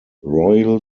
royal